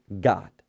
God